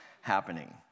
happening